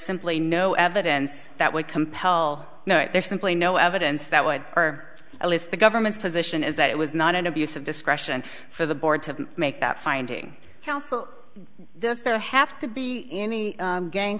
simply no evidence that would compel there's simply no evidence that would or at least the government's position is that it was not an abuse of discretion for the board to make that finding counsel does there have to be any gang